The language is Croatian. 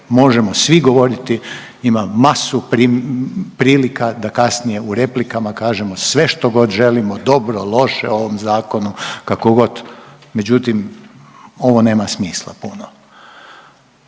Možemo svi govoriti. Ima masu prilika da kasnije u replikama kažemo sve što god želimo, dobro, loše o ovom zakonu, kako god. Međutim, ovo nema smisla puno.